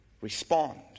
respond